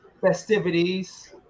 festivities